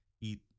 eat